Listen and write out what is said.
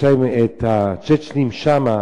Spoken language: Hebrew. יש להם הצ'צ'נים שם,